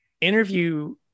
Interview